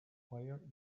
fire